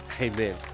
amen